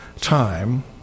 time